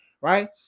right